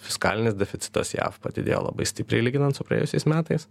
fiskalinis deficitas jav padidėjo labai stipriai lyginant su praėjusiais metais